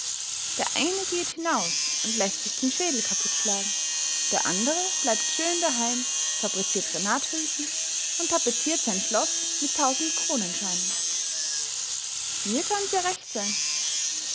der eine geht hinaus und läßt sich den schädel kaput schlagen der andere bleibt schön daheim fabriziert granathülsen und tapeziert sein schloß mit tausendkronenscheinen mir kann's ja recht sein